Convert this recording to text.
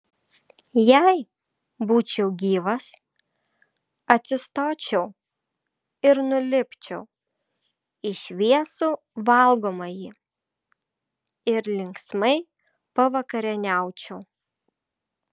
jei būčiau gyvas atsistočiau ir nulipčiau į šviesų valgomąjį ir linksmai pavakarieniaučiau